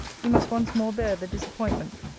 he must once more bear the disappointment.